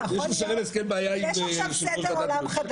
אנחנו לא.